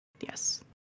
Yes